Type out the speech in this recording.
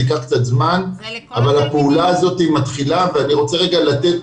זה ייקח קצת זמן אבל הפעולה הזאת מתחילה ואני רוצה רגע לתת